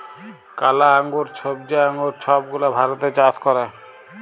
কালা আঙ্গুর, ছইবজা আঙ্গুর ছব গুলা ভারতে চাষ ক্যরে